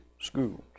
schools